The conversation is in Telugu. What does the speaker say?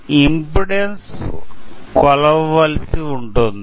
మనం ఇంపెడన్స్ కొలవ వలసి ఉంటుంది